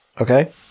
Okay